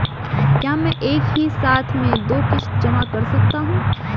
क्या मैं एक ही साथ में दो किश्त जमा कर सकता हूँ?